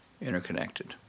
interconnected